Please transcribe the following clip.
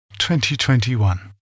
2021